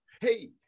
hey